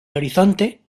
horizonte